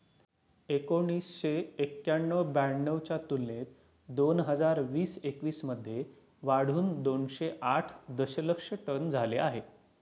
एकोणीसशे एक्क्याण्णव ब्याण्णव च्या तुलनेत दोन हजार वीस एकवीस मध्ये वाढून दोनशे आठ दशलक्ष टन झाले आहे